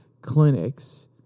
clinics